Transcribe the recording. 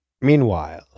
Meanwhile